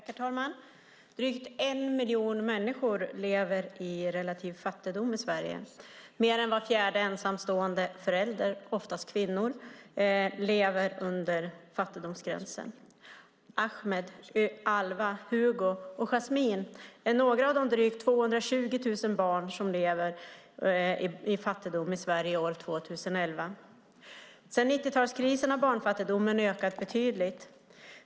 Herr talman! Drygt en miljon människor i Sverige lever i relativ fattigdom. Mer än var fjärde ensamstående förälder, oftast en kvinna, lever under fattigdomsgränsen. Ahmed, Alva, Hugo och Jasmine är några av de drygt 220 000 barn i Sverige som år 2011 lever i fattigdom. Sedan 1990-talskrisen har barnfattigdomen ökat betydligt.